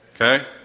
Okay